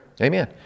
Amen